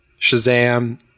Shazam